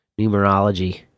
numerology